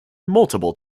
multiple